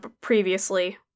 previously